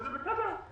זה בסדר.